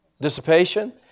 Dissipation